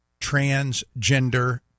transgender